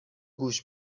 گوش